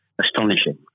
astonishing